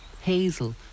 Hazel